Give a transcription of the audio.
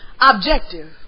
Objective